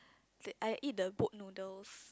they I eat the boat noodles